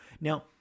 Now